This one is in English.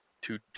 two